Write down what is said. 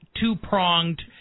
two-pronged